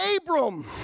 Abram